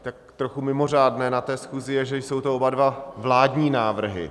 Tak trochu mimořádné na té schůzi je, že jsou to oba vládní návrhy.